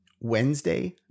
Wednesday